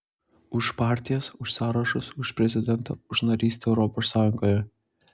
už partijas už sąrašus už prezidentą už narystę europos sąjungoje